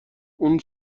اون